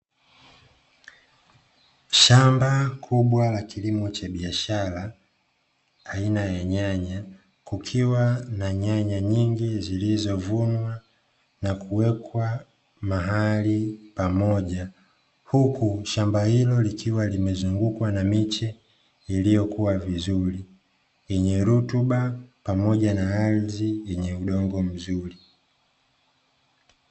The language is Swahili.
Shamba kubwa ya kiilimo cha biashara, aina ya nyanya kukiwa na nyanya nyingi zilizovunwa na kuwekwa mahali pamoja. Huku shamba hilo likiwa limezungukwa na miche iliyokua vizuri, yenye rutuba pamoja na ardhi yenye udongo mzuri.